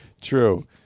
True